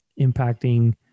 impacting